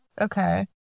Okay